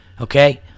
Okay